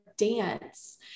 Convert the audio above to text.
dance